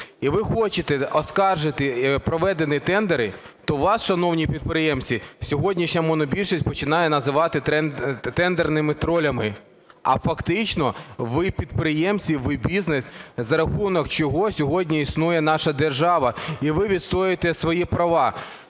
і ви хочете оскаржити проведені тендери, то вас, шановні підприємці, сьогоднішня монобільшість починає називати "тендерними тролями". А фактично ви підприємці, ви бізнес, за рахунок чого сьогодні існує наша держава, і ви відстоюєте свої права.